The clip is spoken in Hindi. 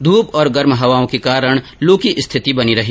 धूप और गर्म हवाओं के कारण लू की स्थिति बनी रही